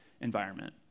environment